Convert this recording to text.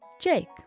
Jake